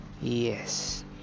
yes